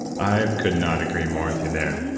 i could not agree more with you there.